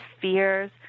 fears